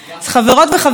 חברות וחברים,